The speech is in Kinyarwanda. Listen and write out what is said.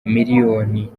miliyoni